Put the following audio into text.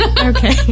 okay